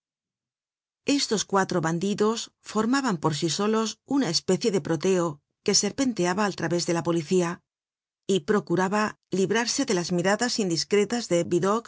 estos cuatro bandidos formaban por sí solos una especie de proteo que serpenteaba al través de la policía y procuraba librarse de las miradas indiscretas de vidocq